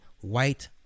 white